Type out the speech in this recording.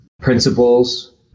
principles